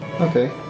Okay